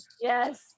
Yes